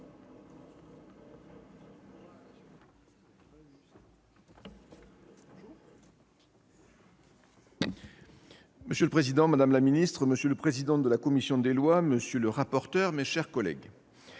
Monsieur le président, madame la ministre, monsieur le président de la commission des lois, monsieur le rapporteur, mes chers collègues,